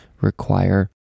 require